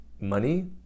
money